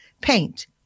paint